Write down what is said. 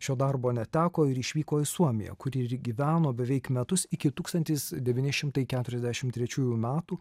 šio darbo neteko ir išvyko į suomiją kur ir gyveno beveik metus iki tūkstantis devyni šimtai keturiasdešimt trečiųjų metų